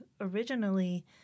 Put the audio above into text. originally